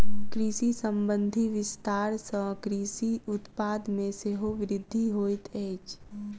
कृषि संबंधी विस्तार सॅ कृषि उत्पाद मे सेहो वृद्धि होइत अछि